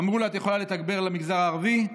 אמרו לה: את יכולה לתגבר למגזר הערבי.